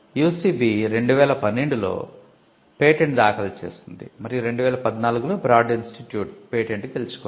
UCB 2012 లో patent దాఖలు చేసింది మరియు 2014 లో బ్రాడ్ ఇన్స్టిట్యూట్ పేటెంట్ గెలుచుకుంది